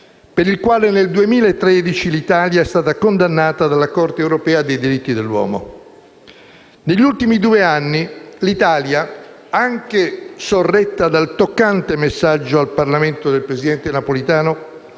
per il quale, nel 2013, l'Italia è stata condannata dalla Corte europea dei diritti dell'uomo. Negli ultimi due anni l'Italia, anche sorretta dal toccante messaggio al Parlamento del presidente Napolitano,